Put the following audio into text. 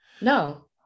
No